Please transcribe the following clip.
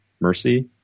Mercy